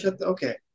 Okay